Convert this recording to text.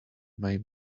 may